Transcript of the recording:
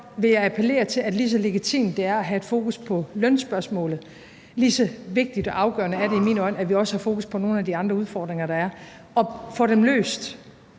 jeg appellere til, at lige så legitimt det er at have et fokus på lønspørgsmålet, lige så vigtigt og afgørende er det i mine øjne, at vi også har fokus på nogle af de andre udfordringer, der er, og får dem løst.